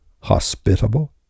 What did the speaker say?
hospitable